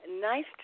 Nice